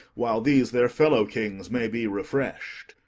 while these their fellow-kings may be refresh'd.